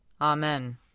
Amen